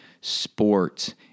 sports